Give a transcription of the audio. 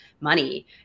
money